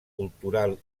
cultural